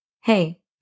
Hey